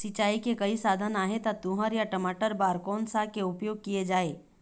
सिचाई के कई साधन आहे ता तुंहर या टमाटर बार कोन सा के उपयोग किए जाए?